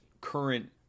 current